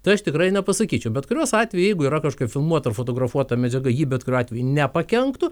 tai aš tikrai nepasakyčiau bet kuriuos atveju jeigu yra kažkokia filmuota fotografuota medžiaga ji bet kuriuo atveju nepakenktų